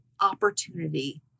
opportunity